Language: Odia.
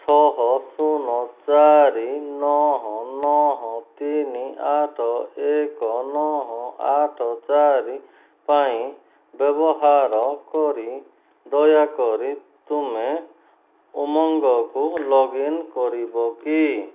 ଛଅ ଶୂନ ଚାରି ନଅ ନଅ ତିନି ଆଠ ଏକ ନଅ ଆଠ ଚାରି ପାଇଁ ବ୍ୟବହାର କରି ଦୟାକରି ତୁମେ ଉମଙ୍ଗକୁ ଲଗ୍ଇନ୍ କରିବ କି